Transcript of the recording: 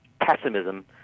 pessimism